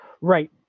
Right